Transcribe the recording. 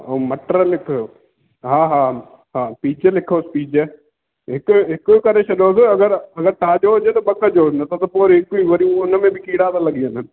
हा ऐं मटर लिखो हा हा हा पीज़ लिखोसि पीज़ हिकरे हिकु करे छॾियोसि अगरि मतलबु ताज़ो हुजे त ॿ कजो न त त पोइ वरी हिकु ई वरी हुन में बि कीड़ा था लॻी वञनि